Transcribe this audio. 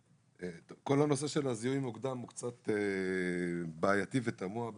כל הנושא של זיהוי מוקדם הוא קצת בעייתי ותמוה בעיניי.